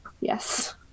Yes